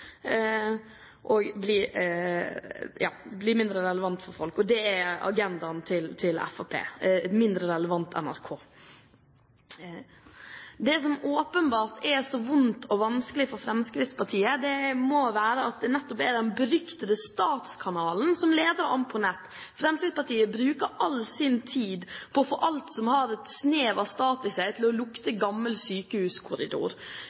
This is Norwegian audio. grad bli mindre relevant for folk. Og det er agendaen til Fremskrittspartiet – et mindre relevant NRK. Det som åpenbart er så vondt og vanskelig for Fremskrittspartiet, må være at det nettopp er den beryktede statskanalen som leder an på nett. Fremskrittspartiet bruker all sin tid på å få alt som har et snev av stat i seg, til å lukte